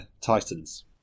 Titans